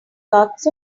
lots